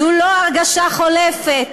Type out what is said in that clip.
זו לא הרגשה חולפת.